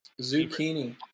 Zucchini